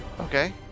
Okay